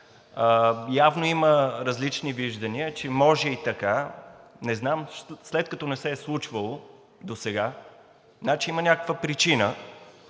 явно има различни виждания, че може и така, не знам. След като не се е случвало досега, значи има някаква причина,